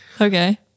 Okay